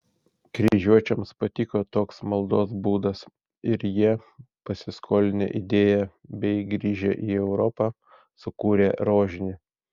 kryžiuočiams patiko toks maldos būdas ir jie pasiskolinę idėją bei grįžę į europą sukūrė rožinį